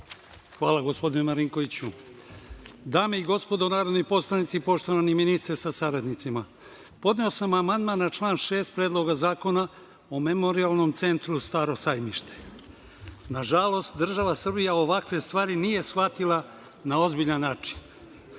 Hvala, gospodine Marinkoviću. Dame i gospodo narodni poslanici, poštovani ministre sa saradnicima, podneo sam amandman na član 6. Predloga zakona o Memorijalnom centru Staro Sajmište. Nažalost, država Srbija ovakve stvari nije shvatila na ozbiljan način.